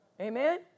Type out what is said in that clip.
Amen